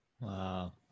Wow